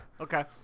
Okay